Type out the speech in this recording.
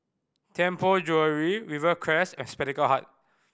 Tianpo Jewellery Rivercrest and Spectacle Hut